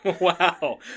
Wow